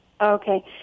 okay